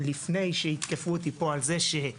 לפני שיתקפו אותי פה על זה שההתחדשות